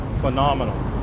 phenomenal